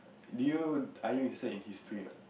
do you are you interested in history or not